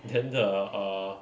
then the err